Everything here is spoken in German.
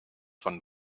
von